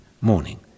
morning